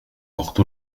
وقت